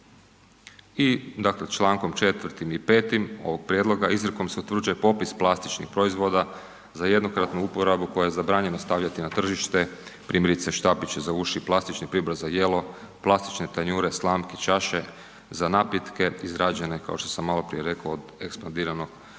recikliranje. I čl. 4. i 5. ovog prijedloga izrijekom se utvrđuje popis plastičnih proizvoda za jednokratnu uporabu koje je zabranjeno stavljati na tržište, primjerice štapići za uši, plastični pribor za jelo, plastične tanjure, slamke, čaše za napitke izrađene kao što sam maloprije rekao od ekspandiranog polistirena.